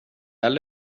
det